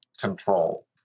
control